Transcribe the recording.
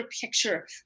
picture